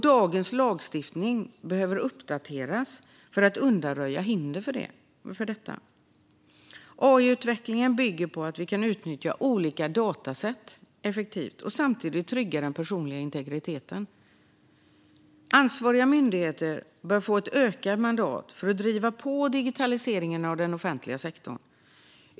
Dagens lagstiftning behöver uppdateras för att undanröja hinder för detta. AI-utvecklingen bygger på att vi kan utnyttja olika dataset effektivt och samtidigt trygga den personliga integriteten. Ansvariga myndigheter bör få ett ökat mandat att driva på digitaliseringen av den offentliga sektorn.